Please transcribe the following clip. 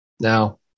now